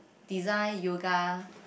design yoga